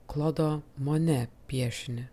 klodo mone piešinį